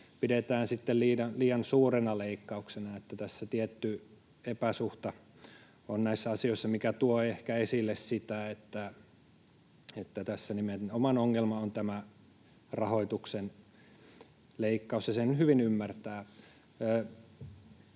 sitten liian suurena leikkauksena. Näissä asioissa on tietty epäsuhta, mikä tuo ehkä esille sitä, että tässä ongelma on nimenomaan tämä rahoituksen leikkaus, ja sen hyvin ymmärtää.